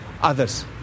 others